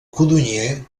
codonyer